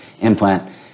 implant